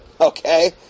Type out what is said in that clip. Okay